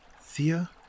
Thea